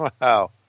Wow